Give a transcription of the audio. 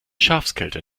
schafskälte